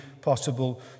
possible